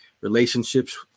relationships